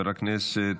תודה, אדוני.